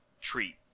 treat